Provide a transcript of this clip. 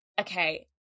okay